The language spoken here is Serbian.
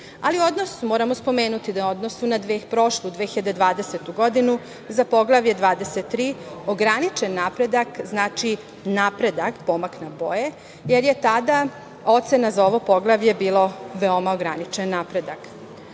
sredina. Moramo spomenuti da u odnosu na prošlu 2020. godinu za Poglavlje 23 „ograničen napredak“ znači napredak, pomak na bolje, jer je tada ocena za ovo poglavlje bila „veoma ograničen